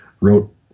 wrote